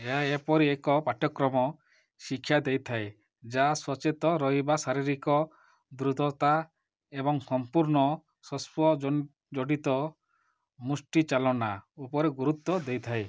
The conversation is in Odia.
ଏହା ଏପରି ଏକ ପାଠ୍ୟକ୍ରମ ଶିକ୍ଷା ଦେଇଥାଏ ଯାହା ସଚେତ ରହିବା ଶାରୀରିକ ଦୃଢ଼ତା ଏବଂ ସମ୍ପୂର୍ଣ୍ଣ ସ୍ପର୍ଶଜଡ଼ିତ ମୁଷ୍ଟିଚାଳନା ଉପରେ ଗୁରୁତ୍ୱ ଦେଇଥାଏ